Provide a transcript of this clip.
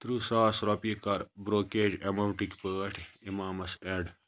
ترٕٛہ ساس رۄپیہِ کَر برٛوکریج ایماونٛٹٕکۍ پٲٹھۍ اِمامَس ایڈ